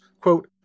quote